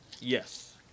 Yes